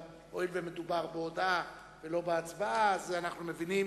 אבל הואיל ומדובר בהודעה ולא בהצבעה אז אנחנו מבינים